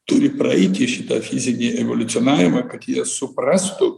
turi praeiti šitą fizinį evoliucionavimą kad jie suprastų